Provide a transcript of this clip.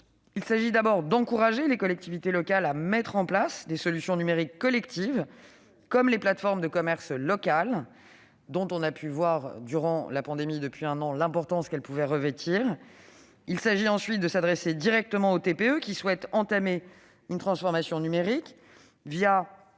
Il s'agit d'abord d'encourager les collectivités locales à mettre en place des solutions numériques collectives, comme les plateformes de commerce local, dont nous avons pu mesurer l'importance depuis un an à l'occasion de la pandémie. Il s'agit aussi de s'adresser directement aux TPE qui souhaitent entamer une transformation numérique ;